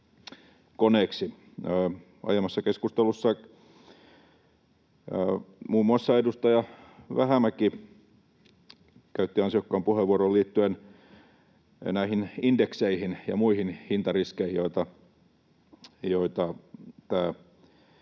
Aiemmassa keskustelussa muun muassa edustaja Vähämäki käytti ansiokkaan puheenvuoron liittyen näihin indekseihin ja muihin hintariskeihin, joita tämä